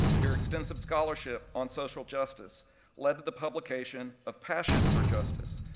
your extensive scholarship on social justice led to the publication of passion for justice,